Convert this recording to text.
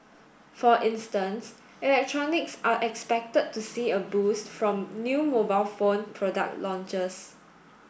for instance electronics are expected to see a boost from new mobile phone product launches